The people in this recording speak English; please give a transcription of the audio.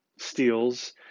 steals